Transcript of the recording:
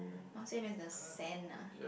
oh same as the sand lah